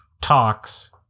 talks